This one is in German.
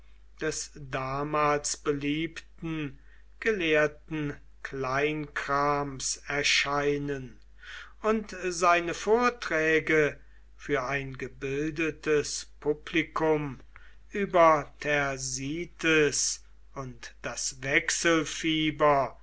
des damals beliebten gelehrten kleinkrams erscheinen und seine vorträge für ein gebildetes publikum über thersites und das